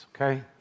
okay